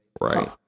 Right